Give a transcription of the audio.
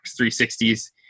360s